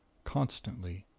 constantly.